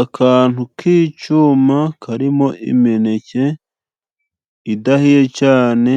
Akantu k'icyuma karimo imineke idahiye cyane,